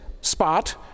spot